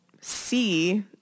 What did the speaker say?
see